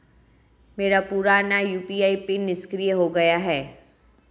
मेरा पुराना UPI PIN निष्क्रिय हो गया है